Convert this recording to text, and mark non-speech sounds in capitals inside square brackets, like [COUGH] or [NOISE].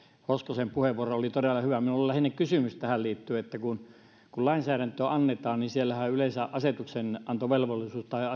hoskosen puheenvuoro oli todella hyvä minulla on lähinnä kysymys tähän liittyen että kun kun lainsäädäntöä annetaan niin yleensähän asetuksenantovelvollisuus tai [UNINTELLIGIBLE]